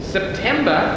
September